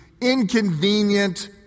inconvenient